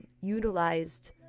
utilized